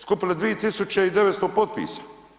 Skupili 2900 potpisa.